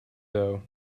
though